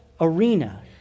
arena